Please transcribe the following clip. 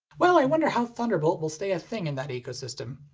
well i wonder how thunderbolt will stay a thing in that ecosystem.